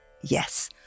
Yes